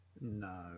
No